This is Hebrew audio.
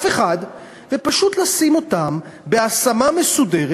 ופשוט לשים אותם בהשמה מסודרת,